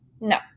No